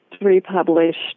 republished